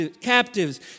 captives